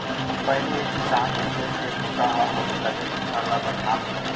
पहिली एक किसान के खेत के बूता ह होही तभे दूसर ल बनिहार मिलही